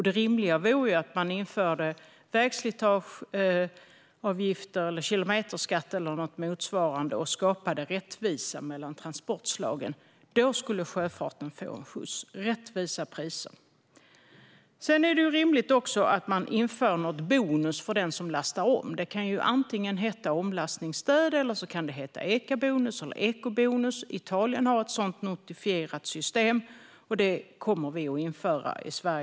Det rimliga vore att man införde vägslitageavgifter, kilometerskatt eller något motsvarande och skapade rättvisa mellan transportslagen. Med rättvisa priser skulle sjöfarten få en skjuts. Det är också rimligt att införa bonus för den som lastar om. Det kan heta omlastningsstöd, eca-bonus eller eco-bonus. Italien har ett sådant notifierat system, och vi i Sverige kommer också att införa det.